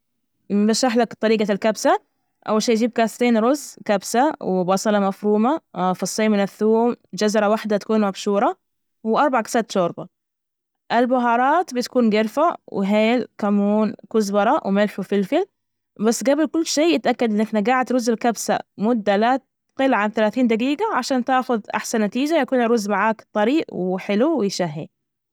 بشرحلك طريجة الكبسة، أول شي، جيب كاستين رز كبسة، وبصلة مفرومة، فصين من الثوم، جزرة وحدة تكون مبشورة وأربع كسات شوربة البهارات بتكون جرفة وهيل، كمون، كزبرة وملح وفلفل. بس قبل كل شي تأكد إنك نجعت رز الكبسة مدة لا تقل عن ثلاثين دجيجة عشان تاخذ أحسن نتيجة يكون الرز معاك طري وحلو ويشهي.